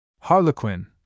Harlequin